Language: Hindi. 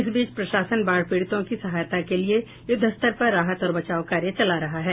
इस बीच प्रशासन बाढ़ पीड़ितों की सहायता के लिए युद्धस्तर पर राहत और बचाव कार्य चला रहा है